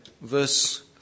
verse